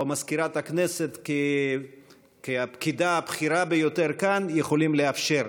מזכירת הכנסת כפקידה הבכירה ביותר כאן יכולים לאפשר.